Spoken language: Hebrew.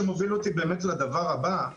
זה מוביל אותי לדבר הבא,